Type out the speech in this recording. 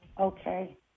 Okay